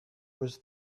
was